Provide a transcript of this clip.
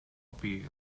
appeal